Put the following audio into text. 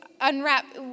unwrap